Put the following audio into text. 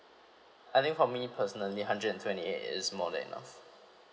I think for me personally hundred and twenty eight is more than enough